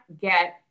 get